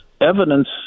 evidence